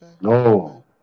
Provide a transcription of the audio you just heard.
No